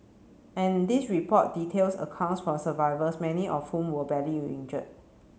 and this report details accounts from survivors many of whom were badly injured